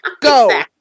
Go